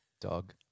Dog